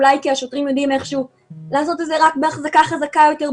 אולי כי השוטרים יודעים איכשהו לעשות את זה רק בהחזקה חזקה יותר,